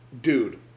Dude